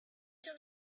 took